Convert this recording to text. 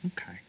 Okay